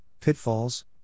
Pitfalls